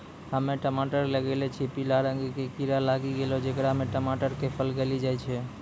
हम्मे टमाटर लगैलो छियै पीला रंग के कीड़ा लागी गैलै जेकरा से टमाटर के फल गली जाय छै?